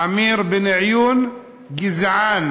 עמיר בניון גזען